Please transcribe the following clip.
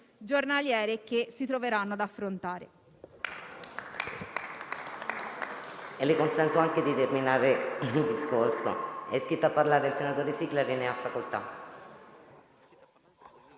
giornaliere che si troveranno ad affrontare.